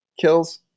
kills